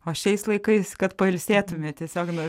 o šiais laikais kad pailsėtume tiesiog nuo